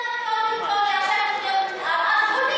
הכול, הינה,